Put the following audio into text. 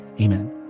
Amen